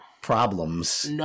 problems